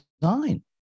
design